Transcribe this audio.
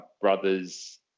brother's